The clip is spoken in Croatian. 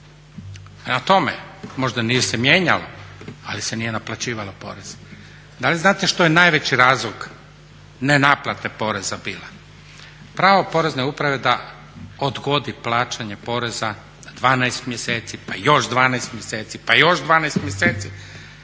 tome, možda nije se mijenjalo, ali se nije naplaćivalo poreze. Da li znate što je najveći razlog nenaplate poreza bila? Pravo Porezne uprave da odgodi plaćanje poreza na 12 mjeseci, pa još 12 mjeseci, pa još 12 mjeseci